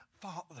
Father